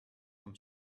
from